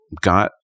got